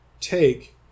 take